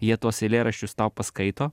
jie tuos eilėraščius tau paskaito